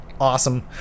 Awesome